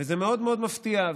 וזה מאוד מאוד מפתיע.